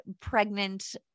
pregnant